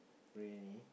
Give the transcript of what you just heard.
briyani